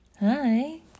Hi